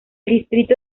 distrito